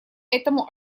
этому